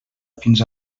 fins